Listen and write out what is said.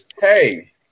Hey